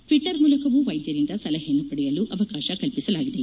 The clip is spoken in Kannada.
ಟ್ವಿಟ್ವರ್ ಮೂಲಕವೂ ವೈದ್ಯರಿಂದ ಸಲಹೆಯನ್ನು ಪಡೆಯಲು ಅವಕಾಶ ಕಲ್ಪಿಸಲಾಗಿದೆ